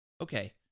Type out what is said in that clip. Okay